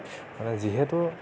যিহেতু